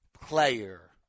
player